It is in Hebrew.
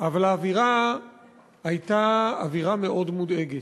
אבל האווירה הייתה אווירה מאוד מודאגת.